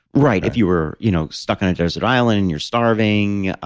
right. if you were you know stuck on a desert island, and you're starving,